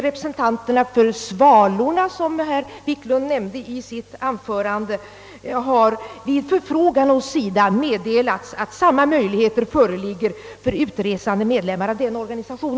Representanterna för Svalorna, som herr Wiklund nämnde i sitt anförande, har vid förfrågan hos SIDA meddelats, att samma möjligheter föreligger för utresande medlemmar av denna organisation,